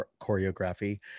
choreography